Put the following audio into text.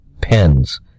pens